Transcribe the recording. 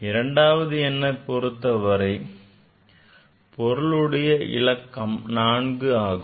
இரண்டாவது எண்ணைப் பொருத்தவரை பொருளுடைய இலக்கம் 4 ஆகும்